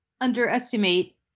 underestimate